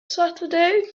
saturday